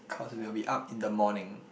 cause we will be up in the morning